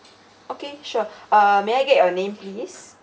okay sure uh may I get your name please